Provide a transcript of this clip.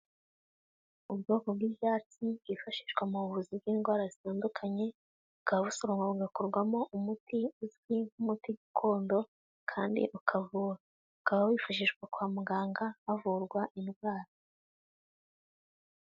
Ubwoko bw'ibyatsi bwifashishwa mu buvuzi bw'indwara zitandukanye, bukaba busoromwa bugakorwamo umuti uzwi nk'umuti gakondo, kandi ukavura. Ukaba wifashishwa kwa muganga havurwa indwara.